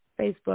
Facebook